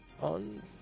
on